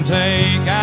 take